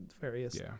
various